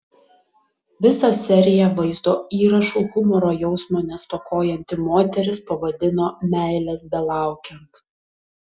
visą seriją vaizdo įrašų humoro jausmo nestokojanti moteris pavadino meilės belaukiant